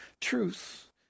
truth